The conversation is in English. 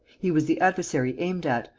he was the adversary aimed at,